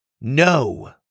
No